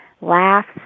laughs